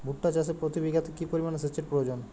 ভুট্টা চাষে প্রতি বিঘাতে কি পরিমান সেচের প্রয়োজন?